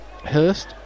Hurst